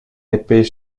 épais